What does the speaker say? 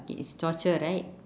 okay is torture right